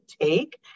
take